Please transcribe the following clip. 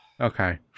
Okay